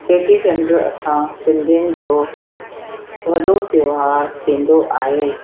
चेटी चंड असां सिंधियुनि जो वॾो त्योहारु थींदो आहे